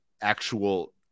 actual